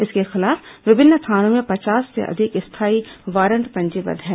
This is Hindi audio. इसके खिलाफ विभिन्न थानों में पचास से अधिक स्थायी वारंट पंजीबद्ध है